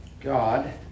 God